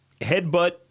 Headbutt